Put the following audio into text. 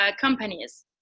companies